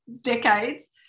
decades